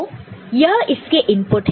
तो यह इसके इनपुट है